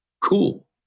cool